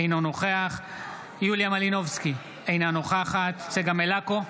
אינו נוכח יוליה מלינובסקי, אינה נוכחת צגה מלקו,